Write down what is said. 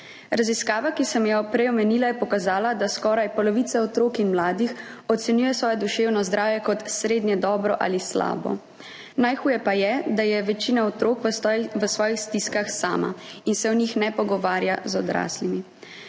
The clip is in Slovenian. Raziskava, ki sem jo prej omenila, je pokazala, da skoraj polovica otrok in mladih ocenjuje svoje duševno zdravje kot srednje dobro ali slabo. Najhuje pa je, da je večina otrok v svojih stiskah sama in se o njih ne pogovarja z odraslimi.